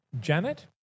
Janet